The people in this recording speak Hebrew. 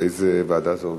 לאיזה ועדה זה עובר?